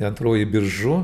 antroji biržų